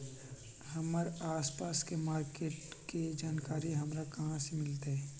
हमर आसपास के मार्किट के जानकारी हमरा कहाँ से मिताई?